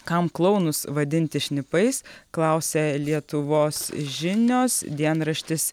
kam klounus vadinti šnipais klausia lietuvos žinios dienraštis